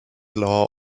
law